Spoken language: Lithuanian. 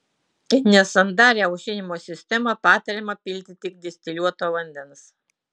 į nesandarią aušinimo sistemą patariama pilti tik distiliuoto vandens